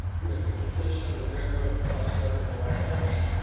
with the completion of the railroad across southern wyoming,